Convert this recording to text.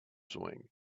swing